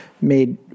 made